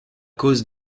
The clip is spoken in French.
cause